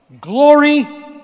Glory